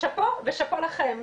שאפו לכם,